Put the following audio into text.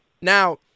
Now